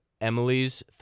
Emily's